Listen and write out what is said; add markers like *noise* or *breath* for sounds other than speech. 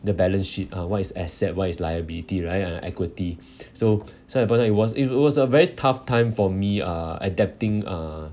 the balance sheet uh what is asset what is liability right and equity *breath* so so important it was it was was a very tough time for me uh adapting uh